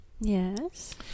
Yes